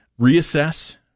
reassess